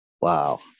Wow